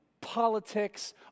politics